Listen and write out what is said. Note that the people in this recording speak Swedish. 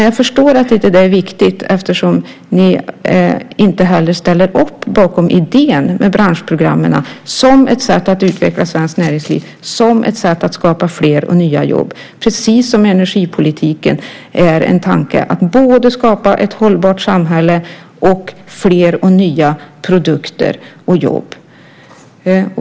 Jag förstår att det inte är viktigt eftersom ni inte heller ställer upp bakom idén med branschprogrammen som ett sätt att utveckla svenskt näringsliv och som ett sätt att skapa fler och nya jobb. Tanken är, precis som när det gäller energipolitiken, att skapa ett hållbart samhälle och fler och nya produkter och jobb.